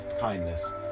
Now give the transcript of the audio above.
kindness